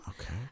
Okay